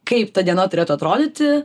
kaip ta diena turėtų atrodyti